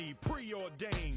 Preordained